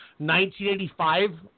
1985